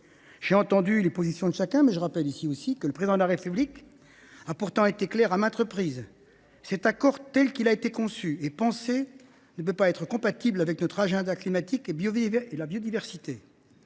J’ai entendu les positions de chacun, mais je rappelle ici que le Président de la République a pourtant été clair à maintes reprises :«[…] cet accord tel qu’il a été conçu et pensé, ne peut pas être compatible avec notre agenda climatique et de biodiversité